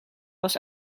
als